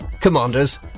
commanders